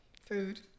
Food